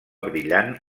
brillant